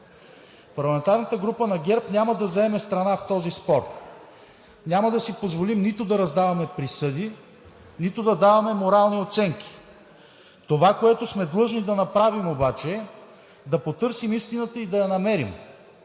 Парламентарната група на ГЕРБ няма да вземе страна в този спор. Няма да си позволим нито да раздаваме присъди, нито да даваме морални оценки. Това, което сме длъжни да направим обаче, е да потърсим истината и да я намерим.